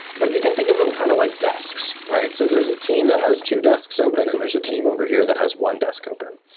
but you can think of them kind of like desks, right? so, there's a team that has two desks open and there's a team over here that has one desk open.